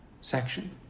section